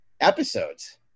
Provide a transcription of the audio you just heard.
episodes